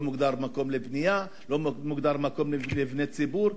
לא מוגדר מקום לבנייה, לא מוגדר מקום למבני ציבור.